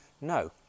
no